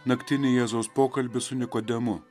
naktinį jėzaus pokalbį su nikodemu